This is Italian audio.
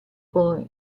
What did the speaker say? con